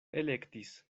elektis